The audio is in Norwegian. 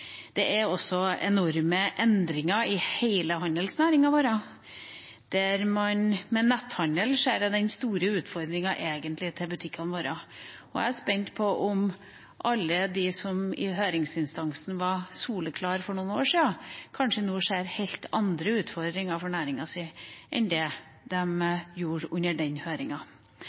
Det er enorme endringer i hele handelsnæringen, der netthandel er den store utfordringen til butikkene våre. Jeg er spent på om alle de som var soleklare i høringsinstansene for noen år siden, kanskje nå ser helt andre utfordringer for næringen sin enn det de gjorde under den